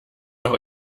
doch